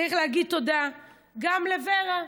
צריך להגיד תודה גם לוור"ה,